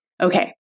Okay